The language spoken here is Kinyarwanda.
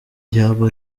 yaba